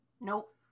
nope